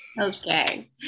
Okay